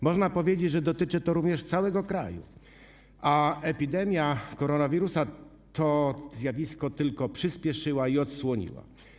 Można powiedzieć, że dotyczy to również całego kraju, a epidemia koronawirusa to zjawisko tylko przyspieszyła i odsłoniła.